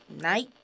night